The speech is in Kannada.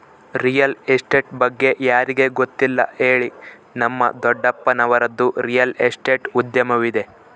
ರಿಯಲ್ ಎಸ್ಟೇಟ್ ಬಗ್ಗೆ ಯಾರಿಗೆ ಗೊತ್ತಿಲ್ಲ ಹೇಳಿ, ನಮ್ಮ ದೊಡ್ಡಪ್ಪನವರದ್ದು ರಿಯಲ್ ಎಸ್ಟೇಟ್ ಉದ್ಯಮವಿದೆ